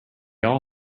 all